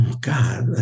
God